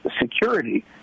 security